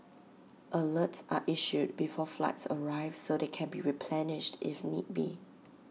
alerts are issued before flights arrive so they can be replenished if need be